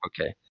okay